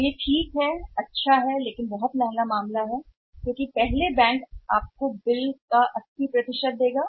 तो यह ठीक है लेकिन वहाँ है एक बहुत महंगा लेनदेन क्योंकि पहला बैंक आपको 80 बिल देगा